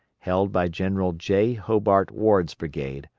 held by general j. hobart ward's brigade,